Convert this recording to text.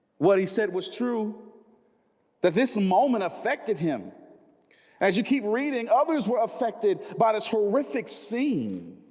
what he said was true that this moment affected him as you keep reading others were affected by this horrific scene